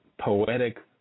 poetic